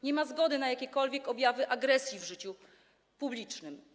Nie ma zgody na jakiekolwiek objawy agresji w życiu publicznym.